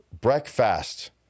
Breakfast